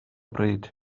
bryd